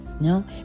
no